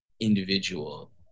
individual